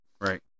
Right